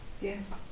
Yes